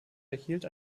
erhielt